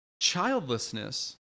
childlessness